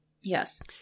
Yes